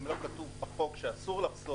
לאשתי וגם לילדים שלי יש את זה וזה טוב.